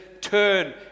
turn